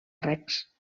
regs